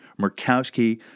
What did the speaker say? Murkowski